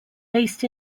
based